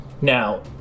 Now